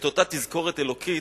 את אותה תזכורת אלוקית,